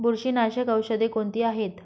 बुरशीनाशक औषधे कोणती आहेत?